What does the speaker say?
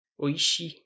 Oishi